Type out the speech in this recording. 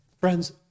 Friends